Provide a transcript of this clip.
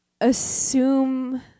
assume